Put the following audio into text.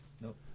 Nope